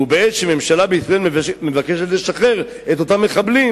ובעת שממשלה בישראל מבקשת לשחרר את אותם מחבלים